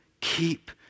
keep